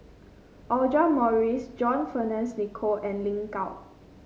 Audra Morrice John Fearns Nicoll and Lin Gao